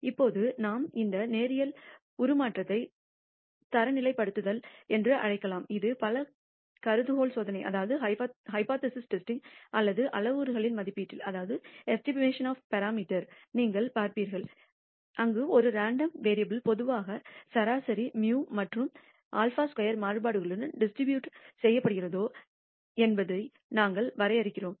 இப்போது நாம் இந்த நேரியல் உருமாற்றத்தை தரநிலைப்படுத்தல் என்று அழைக்கலாம் இது பல கருதுகோள் சோதனை அல்லது அளவுருக்களின் மதிப்பீட்டில் நீங்கள் பார்ப்பீர்கள் அங்கு ஒரு ரேண்டம் வேரியபுல் பொதுவாக சராசரி μ மற்றும் σ2 மாறுபாடுகளுடன் டிஸ்ட்ரிபூட் செய்யப்படுகிறதா என்பதை நாங்கள் வரையறுக்கிறோம்